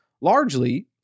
largely